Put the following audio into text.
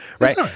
right